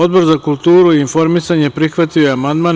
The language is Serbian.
Odbor za kulturu i informisanje prihvatio je amandman.